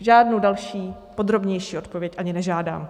Žádnou další podrobnější odpověď ani nežádám.